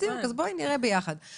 בדיוק, אז בואי נראה יחד.